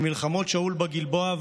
ומלחמות שאול בגלבוע,